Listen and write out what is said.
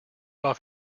off